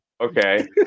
okay